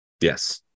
Yes